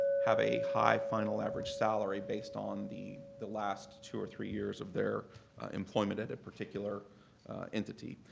have a high final average salary based on the the last two or three years of their employment at a particular entity.